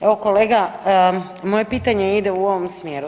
Evo, kolega, moje pitanje ide u ovom smjeru.